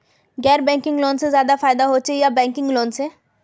गैर banking loan से ज्यादा फायदा होचे या बैंकिंग लोन से?